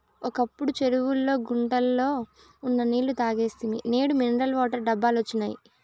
ఒకప్పుడు చెరువుల్లో గుంటల్లో ఉన్న నీళ్ళు తాగేస్తిమి నేడు మినరల్ వాటర్ డబ్బాలొచ్చినియ్